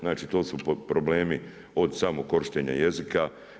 Znači to su problemi od samog korištenja jezika.